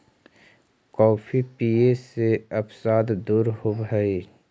coffee पीये से अवसाद दूर होब हई